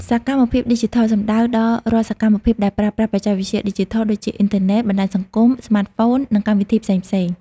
សកម្មភាពឌីជីថល សំដៅដល់រាល់សកម្មភាពដែលប្រើប្រាស់បច្ចេកវិទ្យាឌីជីថល ដូចជាអ៊ីនធឺណិត បណ្ដាញសង្គម ស្មាតហ្វូន និងកម្មវិធីផ្សេងៗ។